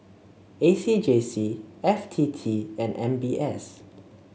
A C J C F T T and M B S